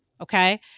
Okay